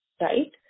right